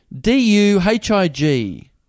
D-U-H-I-G